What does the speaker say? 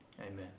amen